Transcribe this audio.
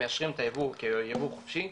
מאשרים את הייבוא כייבוא חופשי,